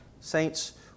Saints